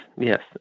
yes